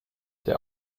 der